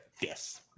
yes